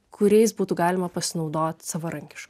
kuriais būtų galima pasinaudot savarankiškai